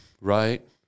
Right